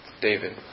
David